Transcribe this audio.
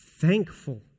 thankful